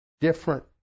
different